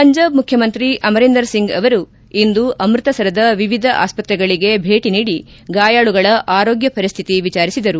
ಪಂಜಾಬ್ ಮುಖ್ಯಮಂತ್ರಿ ಅಮರಿಂದರ್ ಸಿಂಗ್ ಅವರು ಇಂದು ಅಮೃತಸರದ ವಿವಿಧ ಆಸ್ಪತ್ರೆಗಳಿಗೆ ಭೇಟ ನೀಡಿ ಗಾಯಾಳುಗಳ ಆರೋಗ್ಯ ಪರಿಸ್ಥಿತಿ ವಿಚಾರಿಸಿದರು